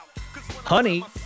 honey